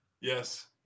Yes